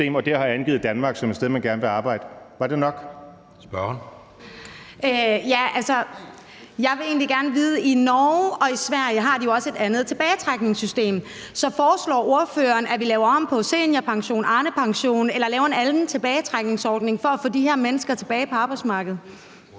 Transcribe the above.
Anden næstformand (Jeppe Søe): Spørgeren. Kl. 19:54 Rosa Eriksen (M): Jeg vil egentlig gerne vide noget. I Norge og i Sverige har de jo også et andet tilbagetrækningssystem. Så foreslår ordføreren, at vi laver om på seniorpensionen, Arnepensionen, eller at vi laver en anden tilbagetrækningsordning for at få de her mennesker tilbage på arbejdsmarkedet?